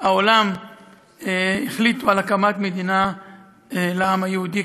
העולם החליטו על הקמת מדינה לעם היהודי,